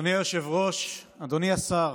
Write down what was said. אדוני היושב-ראש, אדוני השר,